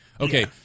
Okay